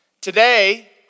Today